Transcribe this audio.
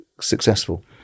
successful